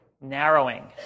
Narrowing